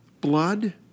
Blood